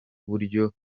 buryo